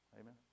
Amen